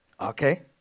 Okay